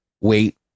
wait